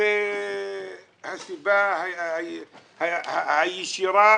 זו הסיבה הישירה